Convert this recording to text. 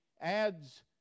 adds